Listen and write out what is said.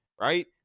right